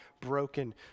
broken